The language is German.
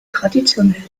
traditionell